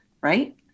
right